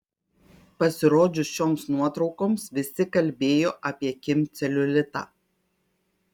pasirodžius šioms nuotraukoms visi kalbėjo apie kim celiulitą